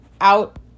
out